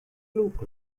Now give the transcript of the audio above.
look